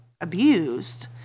abused